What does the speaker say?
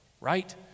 Right